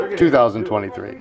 2023